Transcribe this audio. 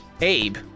Abe